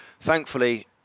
Thankfully